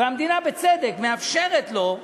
והמדינה, בצדק, מאפשרת לו,